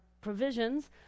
provisions